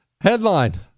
Headline